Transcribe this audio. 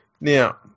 now